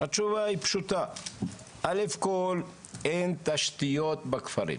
התשובה היא פשוטה, א' אין תשתיות בכפרים